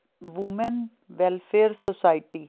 women welfare society